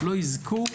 לא יזכו,